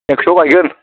एगस' गायगोन